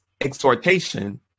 exhortation